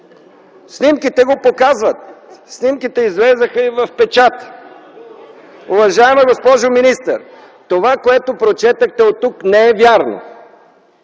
Снимките го показват. Снимките излязоха и в печата. Уважаема госпожо министър, това, което прочетохте оттук, не е вярно.